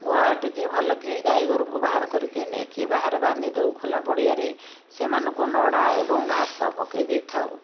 ଗୁହାଳଟିକି ଭଲକି ଗାଈ ଗୋରୁଙ୍କୁ ବାହାର କରିକି ନେଇକି ବାହାରେ ବାନ୍ଧି ଦେଉ ଖୋଲା ପଡ଼ିଆରେ ସେମାନଙ୍କୁ ନଡ଼ା ଏବଂ ଘାସ ପକାଇ ଦେଇଥାଉ